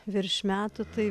virš metų tai